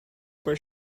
were